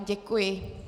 Děkuji.